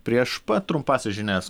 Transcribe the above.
prieš pat trumpąsias žinias